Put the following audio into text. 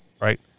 right